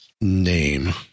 name